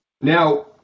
now